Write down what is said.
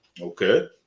Okay